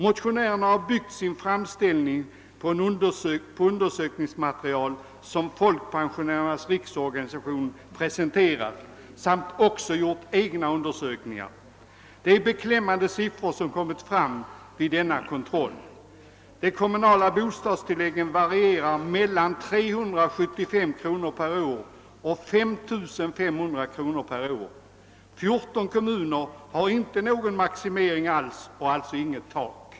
Motionärerna har byggt sin framställning på ett undersökningsmaterial som Folkpensionärernas riksorganisation presenterat samt på egna undersökningar. Det är beklämmande siffror som kommit fram vid denna kontroll. De kommunala bostadstilläggen varierar mellan 375 och 5500 kronor per år. 14 kommuner har inte någon maximering alls och alltså inget tak.